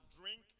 drink